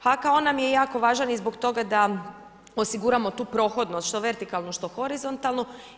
HKO nam je jako važan i zbog toga da osiguramo tu prohodnost što vertikalnu što horizontalnu.